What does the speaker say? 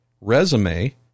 resume